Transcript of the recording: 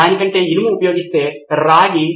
కాబట్టి అది నితిన్ కురియన్ ఇది ఇక్కడ ఒక అడ్డంకి